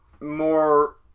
more